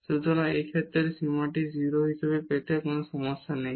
সুতরাং এই ক্ষেত্রে এই সীমাটি 0 হিসাবে পেতে কোন সমস্যা নেই